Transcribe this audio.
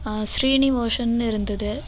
ஆ ஸ்ரீநிவாசன்னு இருந்தது